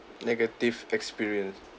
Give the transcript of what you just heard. negative experience